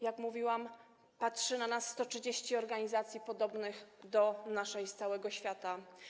Jak mówiłam, patrzy na nas 130 organizacji podobnych do naszej z całego świata.